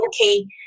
okay